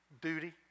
duty